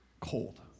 cold